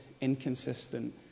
inconsistent